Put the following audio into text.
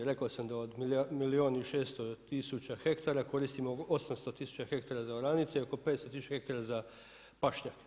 Rekao sam da od milijun i 600 tisuća hektara koristimo 800 tisuća hektara za oranice i oko 500 tisuća hektara za pašnjake.